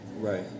right